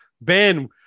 Ben